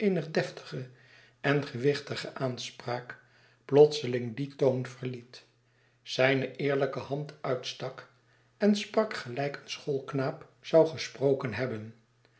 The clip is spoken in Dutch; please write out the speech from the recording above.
deftige en gewichtige aanspraak plotseling dien toon verliet zijne eerlijke hand uitstak en sprak gelijk een schoolknaap zou gesproken hebben